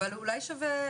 אולי שווה,